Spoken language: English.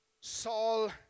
Saul